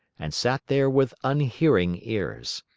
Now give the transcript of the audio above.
and sat there with unhearing ears.